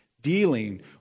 dealing